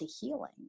healing